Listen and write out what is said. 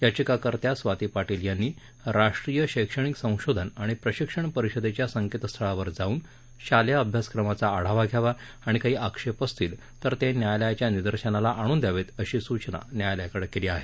याचिकाकर्त्या स्वाती पाटील यांनी राष्ट्रीय शैक्षणिक संशोधन आणि प्रशिक्षण परिषदेच्या संकेतस्थळावर जाऊन शालेय अभ्यासक्रमाचा आढावा घ्यावा आणि काही आक्षेप असतील तर ते न्यायालयाच्या निदर्शनाला आणून दयावेत अशी सूचना न्यायालयानं केली आहे